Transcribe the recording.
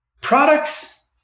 Products